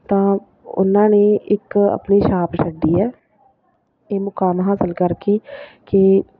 ਤਾਂ ਉਹਨਾਂ ਨੇ ਇੱਕ ਆਪਣੀ ਛਾਪ ਛੱਡੀ ਹੈ ਇਹ ਮੁਕਾਮ ਹਾਸਿਲ ਕਰਕੇ ਕਿ